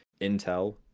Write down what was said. Intel